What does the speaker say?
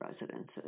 residences